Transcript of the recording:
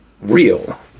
real